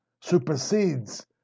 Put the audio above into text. supersedes